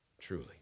truly